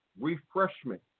refreshment